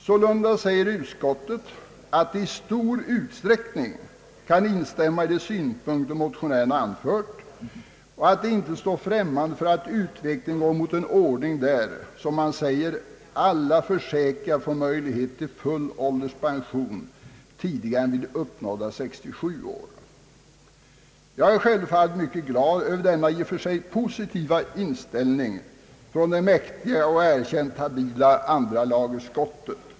Sålunda sägs det att utskottet »i stor utsträckning» kan instämma i de synpunkter som motionärerna anfört och att man inte står främmande för att utvecklingen går mot en ordning där, som man säger, »alla försäkrade får möjlighet till full ålderspension tidigare än vid uppnådda 67 år». Jag är självfallet mycket glad över denna i och för sig positiva inställning från det mäktiga och erkänt habila andra lagutskottet.